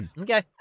Okay